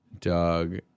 Doug